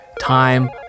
Time